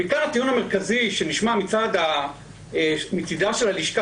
ומכאן שהטיעון המרכזי שנשמע מצידה של הלשכה,